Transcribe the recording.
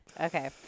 Okay